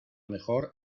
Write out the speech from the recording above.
mejor